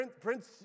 Prince